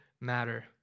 matter